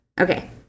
Okay